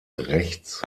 rechts